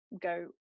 go